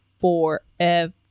forever